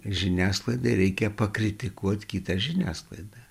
žiniasklaidai reikia pakritikuot kitą žiniasklaidą